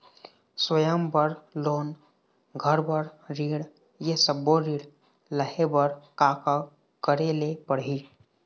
स्वयं बर लोन, घर बर ऋण, ये सब्बो ऋण लहे बर का का करे ले पड़ही?